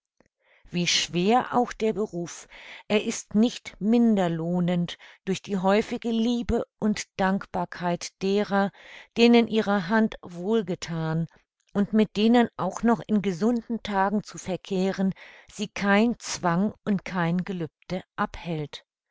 wie schwer auch der beruf er ist nicht minder lohnend durch die häufige liebe und dankbarkeit derer denen ihre hand wohlgethan und mit denen auch noch in gesunden tagen zu verkehren sie kein zwang und kein gelübde abhält